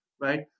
right